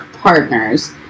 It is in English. partners